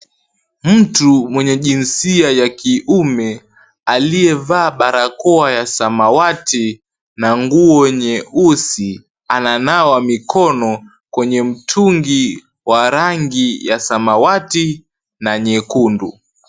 Mtu mwenye jinsia ya kiume aliyevaa barakoa ya samawati na nguo nyeusi , ananawa mkono kwenye mtungi wa rangi ya samawati na nyekundu.